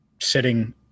sitting